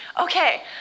Okay